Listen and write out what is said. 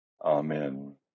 Amen